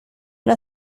una